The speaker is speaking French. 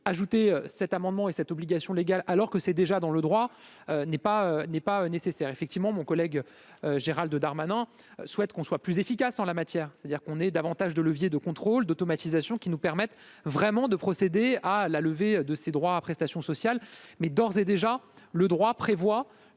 ajouté cet amendement et cette obligation légale, alors que c'est déjà dans le droit n'est pas n'est pas nécessaire effectivement mon collègue Gérald Darmanin souhaite qu'on soit plus efficace en la matière, c'est-à-dire qu'on ait davantage de leviers de contrôle d'automatisation qui nous permettent vraiment de procéder à la levée de ces droits à prestations sociales, mais d'ores et déjà le droit prévoit